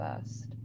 first